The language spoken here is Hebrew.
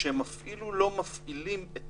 שהם אפילו לא מפעילים את